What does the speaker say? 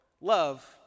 love